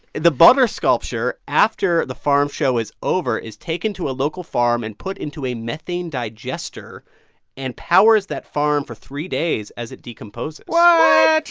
the butter sculpture, after the farm show is over, is taken to a local farm and put into a methane digester and powers that farm for three days as it decomposes what?